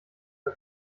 der